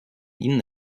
ihnen